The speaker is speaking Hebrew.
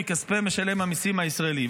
מכספי משלם המיסים הישראלי.